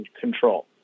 control